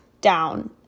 down